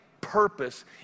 purpose